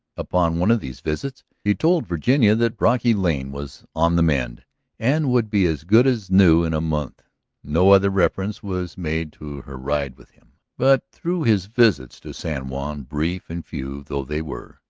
upon one of these visits he told virginia that brocky lane was on the mend and would be as good as new in a month no other reference was made to her ride with him. but through his visits to san juan, brief and few though they were,